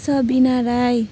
Sabina Rai